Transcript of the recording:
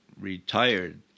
retired